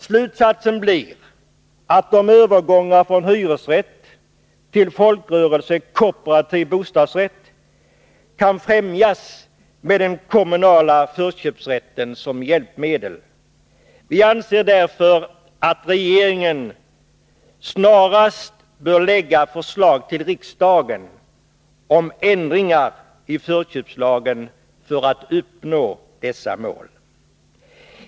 Slutsatsen blir att övergångar från hyresrätt till folkrörelsekooperativ bostadsrätt kan främjas med den kommunala förköpsrätten som hjälpmedel. Vi anser därför att regeringen snarast bör lägga fram förslag till riksdagen om ändringar i förköpslagen för att uppnå dessa mål.